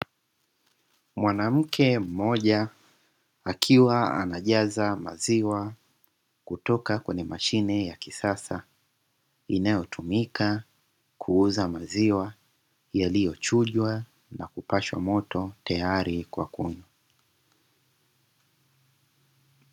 Mwanamke mmoja akiwa anajaza maziwa kutoka kwenye mashine ya kisasa inayotumika kuuza maziwa, yaliyochujwa na kupashwa moto tayari kwa kunywa.